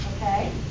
okay